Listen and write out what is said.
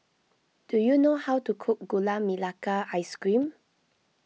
do you know how to cook Gula Melaka Ice Cream